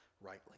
rightly